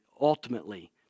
Ultimately